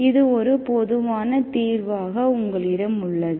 இது ஒரு பொதுவான தீர்வாக உங்களிடம் உள்ளது